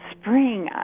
Spring